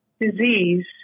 disease